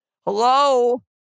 Hello